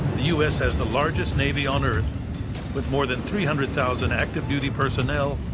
the u s. has the largest navy on earth with more than three hundred thousand active duty personnel,